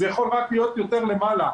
זה יכול רק להיות יותר למעלה.